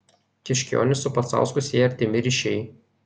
kiškionį su pacausku sieja artimi ryšiai